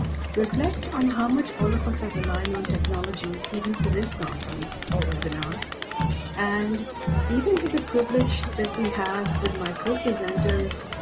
reflect on how much all of us are relying on technology even for this conference or webinar and even with the privilege that we have with my co-presenters,